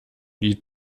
die